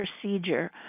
procedure